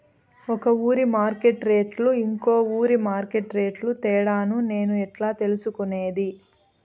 ఒక ఊరి మార్కెట్ రేట్లు ఇంకో ఊరి మార్కెట్ రేట్లు తేడాను నేను ఎట్లా తెలుసుకునేది?